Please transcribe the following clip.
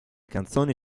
canzoni